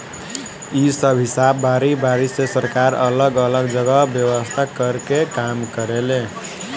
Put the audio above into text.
इ सब हिसाब बारी बारी से सरकार अलग अलग जगह व्यवस्था कर के काम करेले